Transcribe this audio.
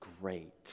great